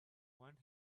when